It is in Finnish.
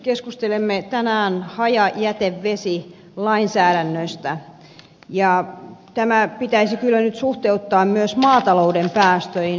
keskustelemme tänään hajajätevesilainsäädännöstä ja tämä pitäisi kyllä nyt suhteuttaa myös maatalouden päästöihin